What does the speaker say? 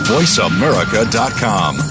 VoiceAmerica.com